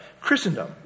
Christendom